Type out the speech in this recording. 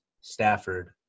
Stafford